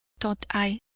thought i,